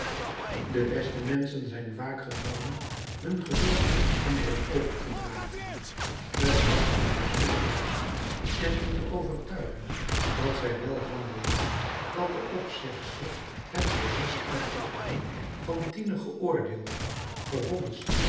de beste menschen zijn vaak gedwongen hun gezag op anderen over te dragen t was in haar vol gezag en in de overtuiging dat zij wèl handelde dat de opzichtster het proces aangevangen fantine geoordeeld gevonnist